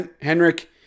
Henrik